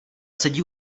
sedí